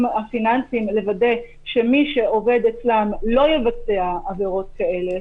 הפיננסיים לוודא שמי שעובד אצלם לא יבצע עבירות כאלה,